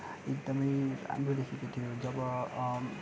एकदमै राम्रो देखिएको थियो जब